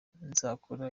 nzakora